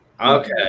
okay